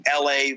LA